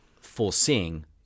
foreseeing